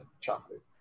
chocolate